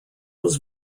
was